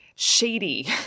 shady